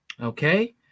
Okay